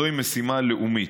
זוהי משימה לאומית,